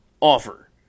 offer